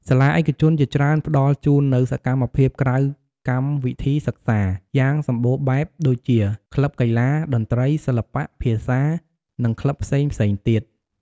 សាលាឯកជនជាច្រើនផ្តល់ជូននូវ សកម្មភាពក្រៅកម្មវិធីសិក្សា យ៉ាងសម្បូរបែបដូចជា ក្លឹបកីឡា តន្ត្រី សិល្បៈ ភាសា និងក្លឹបផ្សេងៗទៀត។